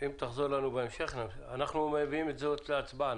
אנחנו מביאים זאת להצבעה.